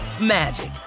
magic